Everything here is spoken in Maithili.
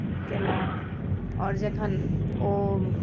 कएलहुँ आओर जखन ओ